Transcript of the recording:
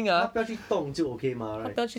他不要去动就 okay mah right